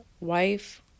wife